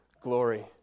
glory